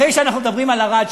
אחרי שאנחנו מדברים על ערד,